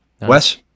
Wes